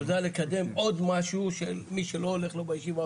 נולדה לקדם עוד משהו שמי שלא הולך לו בישיבה,